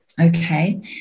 Okay